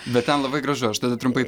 bet ten labai gražu aš tada trumpai